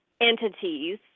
entities